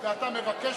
אם אתה לא מודיע